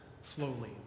slowly